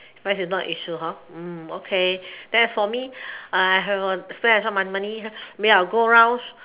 price is not a issue hor mm okay then as for me I have a spend as much my money maybe I will go around